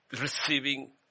receiving